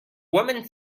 woman